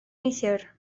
neithiwr